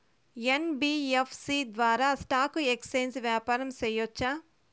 NBFC ద్వారా stock exchange వ్యాపారం సేయొచ్చా?